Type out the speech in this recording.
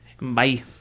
bye